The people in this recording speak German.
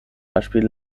beispiel